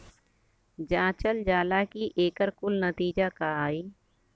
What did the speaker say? जांचल जाला कि एकर कुल नतीजा का आई